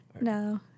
No